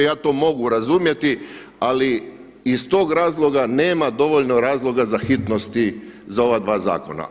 Ja to mogu razumjeti, ali iz tog razloga nema dovoljno razloga za hitnosti za ova dva zakona.